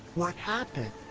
what happened?